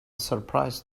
surprise